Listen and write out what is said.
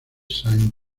saint